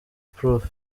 prof